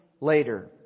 later